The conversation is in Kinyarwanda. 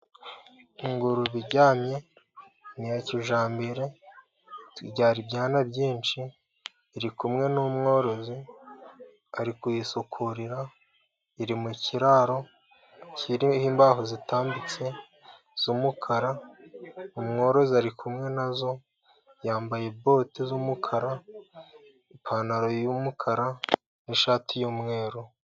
Ingurube iryamye, ni iya kijyambere ibyara ibyana byinshi. Iri kumwe n'umworozi ari kuyisukurira, iri mu kiraro kiriho imbaho zitambitse z'umukara. Umworozi ari kumwe na zo, yambaye bote z'umukara, ipantaro y'umukara, n'ishati y'umweru.